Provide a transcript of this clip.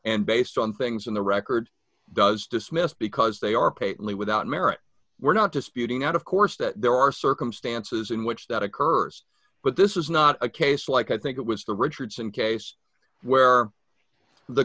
based on things in the record does dismissed because they are paid only without merit we're not disputing out of course that there are circumstances in which that occurs but this is not a case like i think it was the richardson case where the